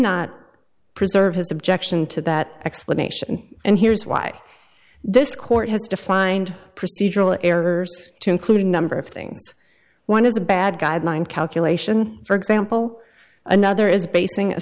not preserve his objection to that explanation and here's why this court has defined procedural errors to include a number of things one is a bad guideline calculation for example another is basing a